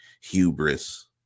hubris